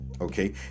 okay